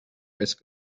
risk